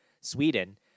Sweden